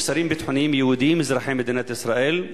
יש אסירים ביטחוניים יהודים אזרחי מדינת ישראל,